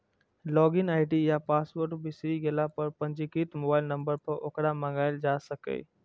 log in ID या password बिसरि गेला पर पंजीकृत मोबाइल नंबर पर ओकरा मंगाएल जा सकैए